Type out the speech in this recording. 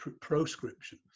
proscription